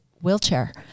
wheelchair